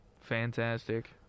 Fantastic